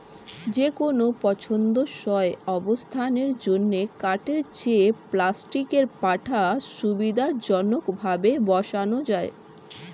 যেকোনো পছন্দসই অবস্থানের জন্য কাঠের চেয়ে প্লাস্টিকের পাটা সুবিধাজনকভাবে বসানো যায়